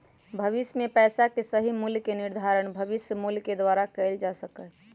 भविष्य में पैसा के सही मूल्य के निर्धारण भविष्य मूल्य के द्वारा कइल जा सका हई